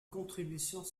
contributions